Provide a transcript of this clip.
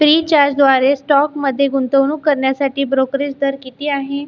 Freecharge द्वारे स्टॉकमध्ये गुंतवणूक करण्यासाठी ब्रोकरेज दर किती आहे